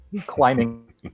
climbing